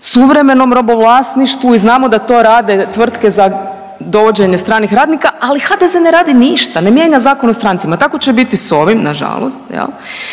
suvremenom robovlasništvu i znamo da to rade tvrtke za dovođenje stranih radnika, ali HDZ ne radi ništa ne mijenja Zakon o strancima. Tako će biti s ovim nažalost,